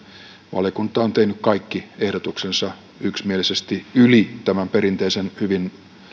valiokunta on tehnyt kaikki ehdotuksensa yksimielisesti yli perinteisen hyvin